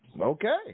Okay